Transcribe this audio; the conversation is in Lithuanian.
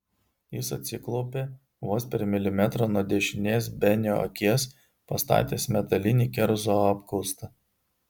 jis atsiklaupė vos per milimetrą nuo dešinės benio akies pastatęs metalinį kerzų apkaustą